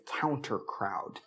counter-crowd